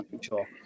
sure